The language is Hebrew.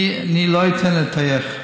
אני לא אתן לטייח.